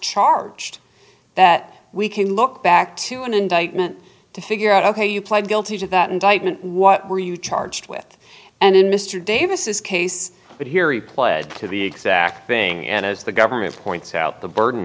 charged that we can look back to an indictment to figure out ok you pled guilty to that indictment what were you charged with and in mr davis case but here he pled to the exact thing and as the government points out the burden